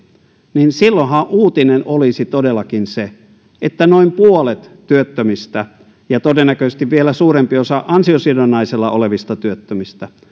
niin silloinhan uutinen olisi todellakin se että noin puolet työttömistä ja todennäköisesti vielä suurempi osa ansiosidonnaisella olevista työttömistä